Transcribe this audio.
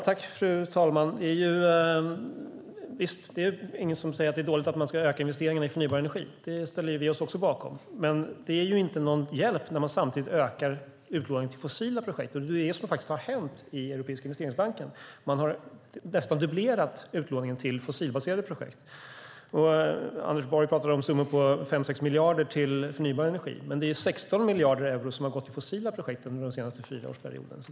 Fru talman! Det är ingen som säger att det är dåligt att man ska öka investeringarna i förnybar energi. Det ställer vi oss också bakom. Men det är inte någon hjälp när man samtidigt ökar utlåningen till fossila projekt. Det är vad som har hänt i Europeiska investeringsbanken. Man har nästan dubblerat utlåningen till fossilbaserade projekt. Anders Borg pratar om summor på 5-6 miljarder till förnybar energi, men det är 16 miljarder euro som har gått till fossila projekt under den senaste fyraårsperioden.